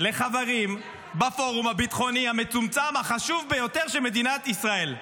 לחברים בפורום הביטחוני המצומצם החשוב ביותר של מדינת ישראל.